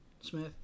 Smith